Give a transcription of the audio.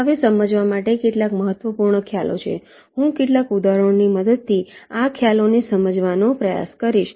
હવે સમજવા માટે કેટલાક મહત્વપૂર્ણ ખ્યાલો છે હું કેટલાક ઉદાહરણોની મદદથી આ ખ્યાલોને સમજાવવાનો પ્રયાસ કરીશ